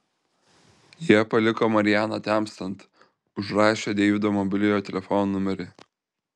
jie paliko marianą temstant užrašę deivido mobiliojo telefono numerį